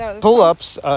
Pull-ups